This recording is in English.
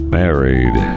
married